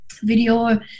video